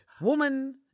woman